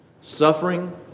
Suffering